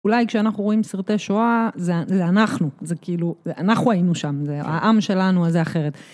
אולי כשאנחנו רואים סרטי שואה זה אנחנו, זה כאילו, אנחנו היינו שם, זה העם שלנו הזה אחרת.